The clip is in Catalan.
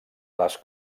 les